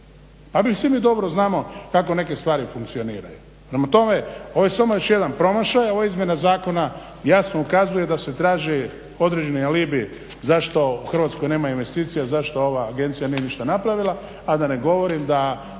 Pa mi svi dobro znamo kako neke stvari funkcioniraju. Prema tome ovo je samo još jedan promašaj. Ova izmjena zakona jasno ukazuje da se traži određeni alibi zašto u Hrvatskoj nema investicija, zašto ova agencija nije ništa napravila, a da ne govorim zakon